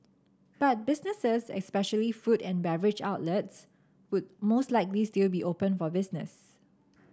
but businesses especially food and beverage outlets would most likely still be open for business